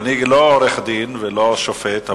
אני לא עורך-דין ולא שופט,